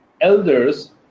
elders